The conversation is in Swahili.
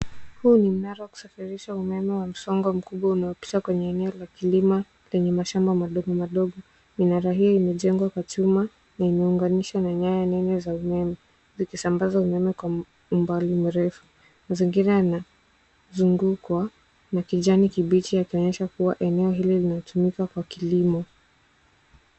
Huu ni mnara wa kusafirisha umeme wa msongo mkubwa unaopita kwenye eneo la kilimo lenye mashamba madogomadogo. Minara hii imejengwa kwa chuma na imeunganishwa na nyaya nyingi za umeme, zikisambaza umeme kwa umbali mrefu. Mazingira yanazungukwa na kijani kibichi, yakionyesha kuwa eneo hilo linatumika kwa kilimo.